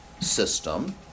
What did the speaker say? system